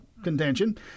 Contention